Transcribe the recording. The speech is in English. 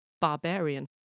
barbarian